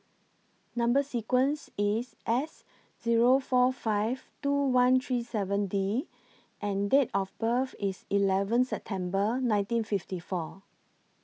Number sequence IS S Zero four five two one three seven D and Date of birth IS eleventh September nineteen fifty four